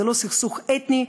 זה לא סכסוך אתני,